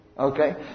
Okay